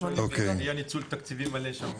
היה ניצול תקציבי מלא שם.